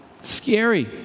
Scary